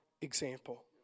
example